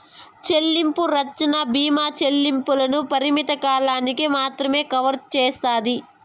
చెల్లింపు రచ్చన బీమా చెల్లింపుల్ని పరిమిత కాలానికి మాత్రమే కవర్ సేస్తాది